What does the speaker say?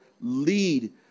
lead